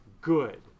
good